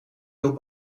wilt